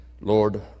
Lord